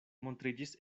montriĝis